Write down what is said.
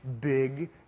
big